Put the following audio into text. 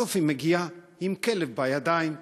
בסוף היא מגיעה עם כלב בידיים,